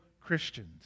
Christians